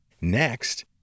Next